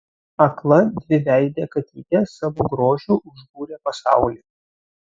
akla dviveidė katytė savo grožiu užbūrė pasaulį